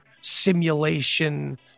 Simulation